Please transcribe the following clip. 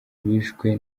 bishwe